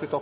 avslutta.